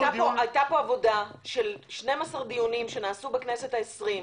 ------ הייתה פה עבודה של 12 דיונים שנעשו בכנסת העשרים.